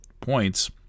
points